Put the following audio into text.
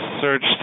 searched